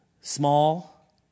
small